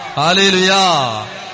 hallelujah